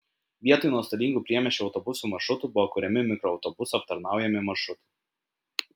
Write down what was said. vietoj nuostolingų priemiesčio autobusų maršrutų buvo kuriami mikroautobusų aptarnaujami maršrutai